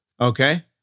Okay